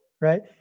right